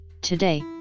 today